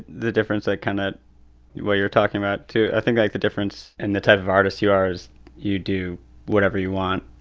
the difference that kind of what you're talking about, too i think, like, the difference in the type of artist you are is you do whatever you want,